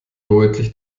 deutlich